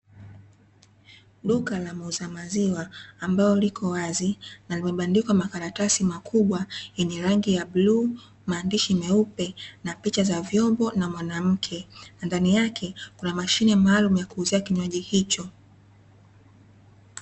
Duka la muuza maziwa ambalo liko wazi, na limebandikwa makaratasi makubwa yenye rangi ya bluu, maandishi meupe, na picha za vyombo na mwanamke na ndani yake kuna mashine maalumu ya kuuzia kinywaji hicho.